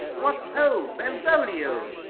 what, ho! benvolio!